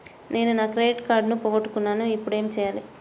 నేను నా క్రెడిట్ కార్డును పోగొట్టుకున్నాను ఇపుడు ఏం చేయాలి?